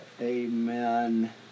Amen